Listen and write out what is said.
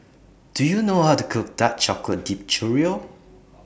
Do YOU know How to Cook Dark Chocolate Dipped Churro